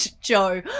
Joe